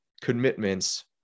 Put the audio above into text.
commitments